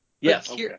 Yes